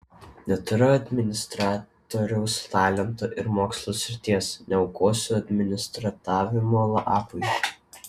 neturiu administratoriaus talento ir mokslo srities neaukosiu administravimo labui